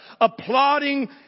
applauding